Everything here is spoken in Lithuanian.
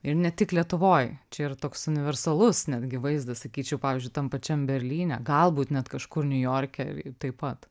ir ne tik lietuvoj čia yra toks universalus netgi vaizdas sakyčiau pavyzdžiui tam pačiam berlyne galbūt net kažkur niujorke taip pat